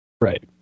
Right